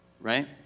right